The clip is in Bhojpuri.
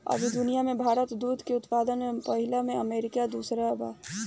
अभी दुनिया में भारत दूध के उत्पादन में पहिला आ अमरीका दूसर पर बा